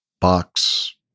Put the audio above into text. box